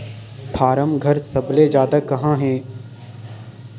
form घर सबले जादा कहां हे